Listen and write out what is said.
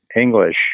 English